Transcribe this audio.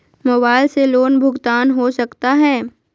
Mobile से loan भुगतान हो सकता है?